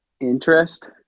interest